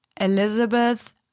Elizabeth